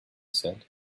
said